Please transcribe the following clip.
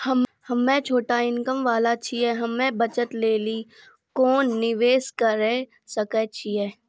हम्मय छोटा इनकम वाला छियै, हम्मय बचत लेली कोंन निवेश करें सकय छियै?